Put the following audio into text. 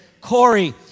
Corey